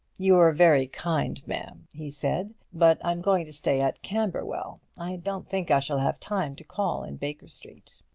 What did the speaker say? you're very kind, ma'am, he said. but i'm going to stay at camberwell i don't think i shall have time to call in baker street.